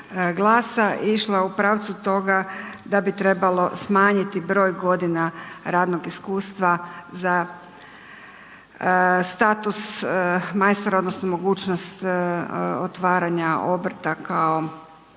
išla u pravcu toga da bi trebalo smanjiti broj godina radnog iskustva za status majstora odnosno mogućnost otvaranja obrta kao